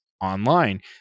online